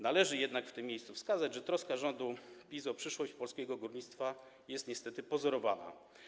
Należy jednak w tym miejscu wskazać, że troska rządu PiS o przyszłość polskiego górnictwa jest niestety pozorowana.